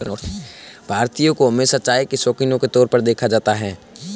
भारतीयों को हमेशा चाय के शौकिनों के तौर पर देखा जाता है